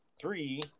three